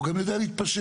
והוא גם יודע להתפשר.